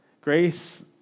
Grace